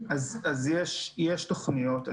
יש תוכניות,